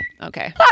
okay